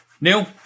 Neil